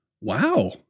Wow